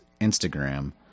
Instagram